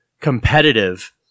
competitive